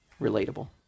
relatable